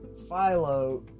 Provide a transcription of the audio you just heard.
Philo